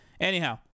Anyhow